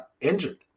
injured